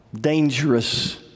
dangerous